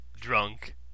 drunk